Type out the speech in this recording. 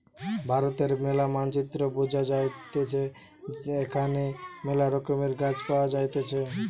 ভারতের ম্যালা মানচিত্রে বুঝা যাইতেছে এখানে মেলা রকমের গাছ পাওয়া যাইতেছে